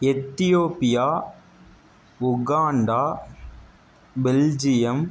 Ethiopia Uganda Belgium